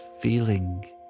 feeling